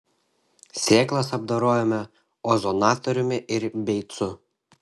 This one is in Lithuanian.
sėklas apdorojome ozonatoriumi ir beicu